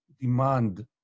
demand